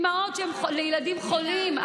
אימהות לילדים חולים,